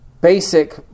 basic